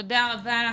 רבה.